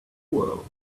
world